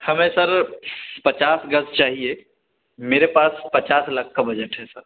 ہمیں سر پچاس گز چاہیے میرے پاس پچاس لاکھ کا بجٹ ہے سر